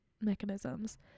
mechanisms